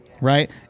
right